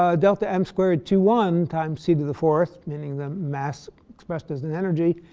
ah delta m squared two one times c to the fourth, meaning the mass expressed as an energy,